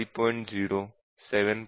0 7